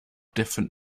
different